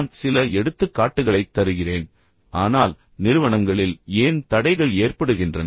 நான் சில எடுத்துக்காட்டுகளைத் தருகிறேன் ஆனால் நிறுவனங்களில் ஏன் தடைகள் ஏற்படுகின்றன